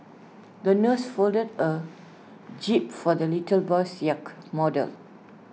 the nurse folded A jib for the little boy's yacht model